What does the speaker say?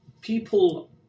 people